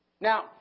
Now